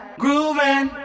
grooving